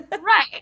Right